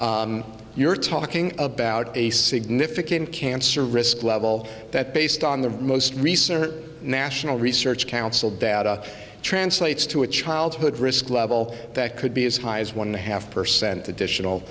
childhood you're talking about a significant cancer risk level that based on the most recent national research council data translates to a childhood risk level that could be as high as one and a half percent additional